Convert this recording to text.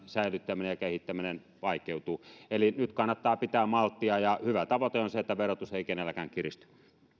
säilyttäminen ja kehittäminen vaikeutuu eli nyt kannattaa pitää malttia ja hyvä tavoite on se että verotus ei kenelläkään kiristy totean